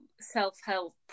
self-help